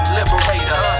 liberator